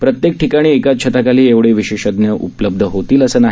प्रत्येक ठिकाणी एकाच छताखाली एवढे विशेषज्ञ उपलब्ध होतील असं नाही